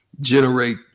generate